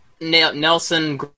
Nelson